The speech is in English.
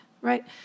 right